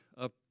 up